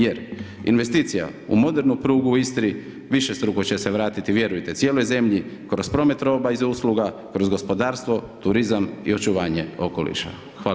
Jer, investicija u modernu prugu u Istri višestruko će se vratiti, vjerujte, cijeloj zemlji kroz promet roba i usluga kroz gospodarstvo, turizam i očuvanje okoliša.